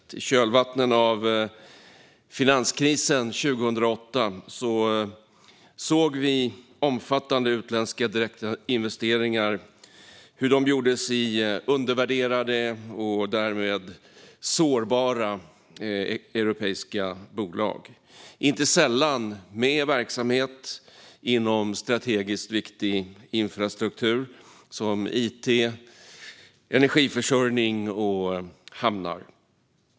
I kölvattnet av finanskrisen 2008 såg vi hur omfattande utländska direktinvesteringar gjordes i undervärderade och därmed sårbara europeiska bolag, inte sällan med verksamhet inom strategiskt viktig infrastruktur som it, energiförsörjning och hamnar.